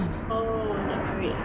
oh the parade